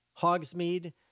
Hogsmeade